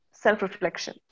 self-reflection